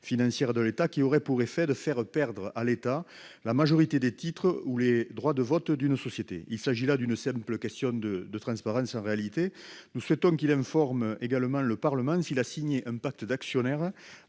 financières de l'État qui auraient pour effet de faire perdre à l'État la majorité des titres ou les droits de vote d'une société. Il s'agit là d'une simple question de transparence. En outre, nous souhaitons que le Gouvernement informe le Parlement s'il a signé un pacte d'actionnaires